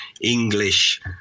English